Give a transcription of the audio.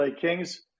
Kings